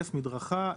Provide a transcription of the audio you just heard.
1. מדרכה,